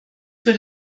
für